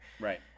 Right